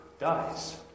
dies